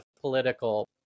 political